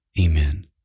amen